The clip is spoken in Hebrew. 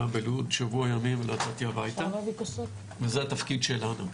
בלוד שבוע ימים לא יצאתי הביתה וזה התפקיד שלנו.